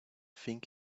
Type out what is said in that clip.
think